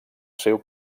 seu